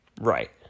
Right